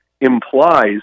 implies